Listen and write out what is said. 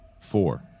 four